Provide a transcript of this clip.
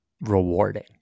rewarding